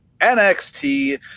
NXT